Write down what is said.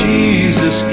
Jesus